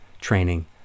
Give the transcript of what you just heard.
training